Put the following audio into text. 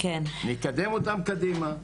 נקדם אותן קדימה,